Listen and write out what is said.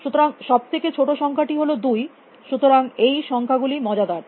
সুতরাং সব থেকে ছোটো সংখ্যাটি হল 2 সুতরাং এই সংখ্যা গুলি মজাদার